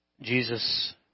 Jesus